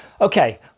Okay